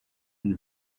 and